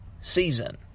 season